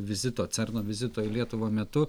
vizito cerno vizito į lietuvą metu